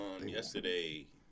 Yesterday